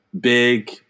big